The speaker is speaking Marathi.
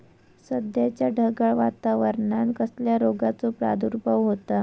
सध्याच्या ढगाळ वातावरणान कसल्या रोगाचो प्रादुर्भाव होता?